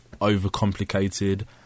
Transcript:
overcomplicated